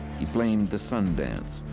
he blamed the sun dance,